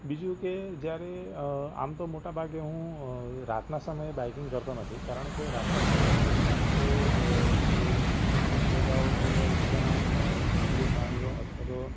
બીજું કે જ્યારે આમ તો મોટાભાગે હું રાતનાં સમયે બાઇકિંગ કરતો નથી કારણ કે રાતના સમયે ખાસ સુમસામ જગાઓ પર જ્યાં જંગલી પ્રાણીઓ અથવા તો